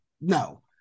no